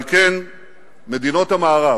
על כן מדינות המערב